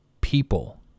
people